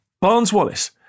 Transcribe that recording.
Barnes-Wallace